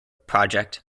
project